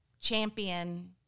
champion